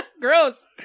Gross